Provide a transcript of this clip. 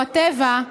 או הטבע,